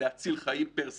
להציל חיים פר סה.